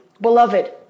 beloved